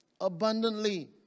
Abundantly